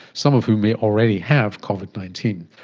some of whom may already have covid nineteen.